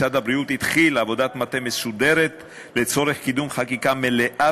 משרד הבריאות התחיל עבודת מטה מסודרת לקידום חקיקה מלאה